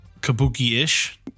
Kabuki-ish